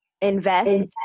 invest